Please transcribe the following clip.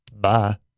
bye